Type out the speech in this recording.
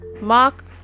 mark